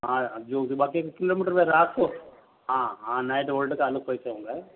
हाँ जो जो बाकि किलोमीटर अगर आपको हाँ हाँ नाइट भोल्ट का अलग पैसा होगा